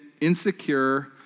insecure